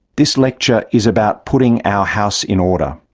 this lecture is about putting our house in order.